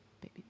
baby